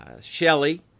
Shelley